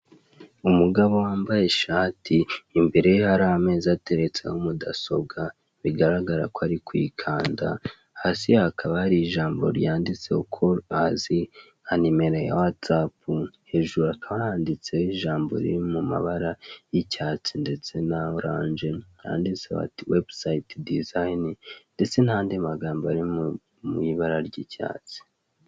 umugabo wambaye ishati imbere ye hari ameza ateretseho mudasobwa bigaragara ko ari kuyikanda hasi hakaba handitseho nimero ya watsapu hejuru hakaba handitse ho ijambo riri mu mabara y'icyatsi na oranje handitseho ngo webusite dizayini ndetse n'andi magambo ari mu ibara ry'icyatsi.